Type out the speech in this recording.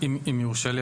אם יורשה לי.